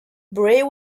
bray